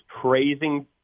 praising